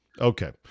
Okay